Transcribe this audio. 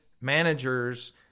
managers